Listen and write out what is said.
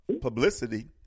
publicity